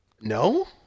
No